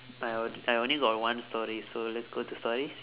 well I only got one story so let's go to stories